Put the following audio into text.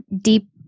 deep